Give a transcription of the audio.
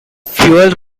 fuel